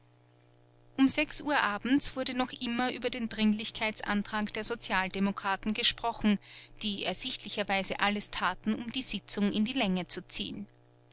um sechs uhr abends wurde noch immer über den dringlichkeitsantrag der sozialdemokraten gesprochen die ersichtlicherweise alles taten um die sitzung in die länge zu ziehen